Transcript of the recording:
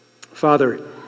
Father